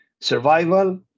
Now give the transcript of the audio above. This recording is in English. survival